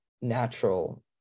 natural